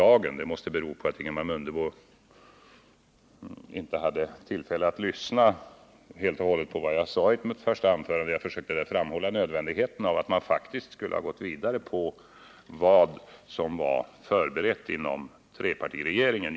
Det uttalandet måste bero på att Ingemar Mundebo inte hade tillfälle att till fullo lyssna på vad jag sade i mitt första anförande. Jag försökte framhålla nödvändigheten av att man faktiskt skulle ha gått vidare på vad som var förberett inom trepartiregeringen.